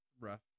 rough